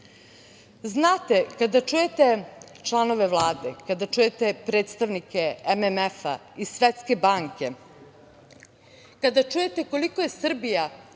investira. Kada čujete članove Vlade, kada čujete predstavnike MMF i Svetske banke, kada čujete koliko je Srbija